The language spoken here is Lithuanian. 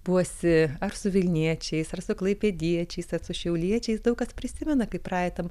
buosi ar su vilniečiais ar su klaipėdiečiais ar su šiauliečiais daug kas prisimena kaip praeitam